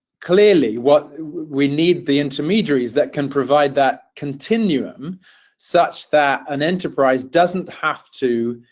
clearly what we need the intermediaries that can provide that continuum such that an enterprise doesn't have to